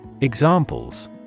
Examples